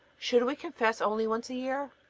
should we confess only once a year?